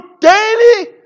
daily